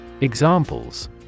Examples